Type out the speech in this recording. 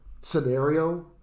scenario